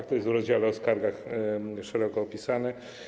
Jest to w rozdziale o skargach szeroko opisane.